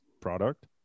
product